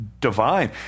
divine